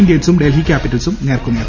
ഇന്ത്യൻസും ഡൽഹി ക്യാപ്പിറ്റൽസും നേർക്കുനേർ